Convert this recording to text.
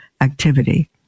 activity